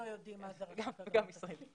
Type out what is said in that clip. גם ישראלים לא יודעים מה זאת הרשות להגנת הצרכן.